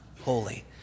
holy